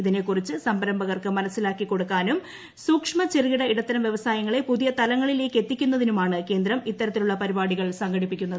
ഇതിനെ കുറിച്ച് സംരംഭകർക്ക് മനസ്സിലാക്കി കൊടുക്കാനും സൂക്ഷമ ചെറുകിട ഇടത്തരം വ്യവസായങ്ങളെ പുതിയ തലങ്ങളിലേക്ക് എത്തിക്കുന്നതിനുമാണ് കേന്ദ്രം ഇത്തരത്തിലുള്ള പരിപാടികൾ സംഘടിപ്പിക്കുന്നത്